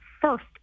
first